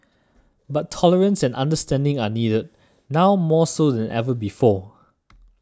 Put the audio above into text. but tolerance and understanding are needed now more so than ever before